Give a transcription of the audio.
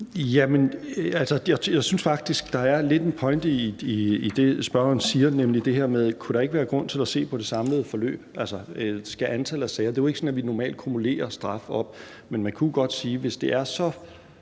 Jeg synes faktisk, at der lidt er en pointe i det, spørgeren siger, nemlig det her med: Kunne der ikke være grund til at se på det samlede forløb og antallet af sager? Det er jo ikke sådan, at vi normalt akkumulerer straf. Men man kunne godt sige, at hvis det er så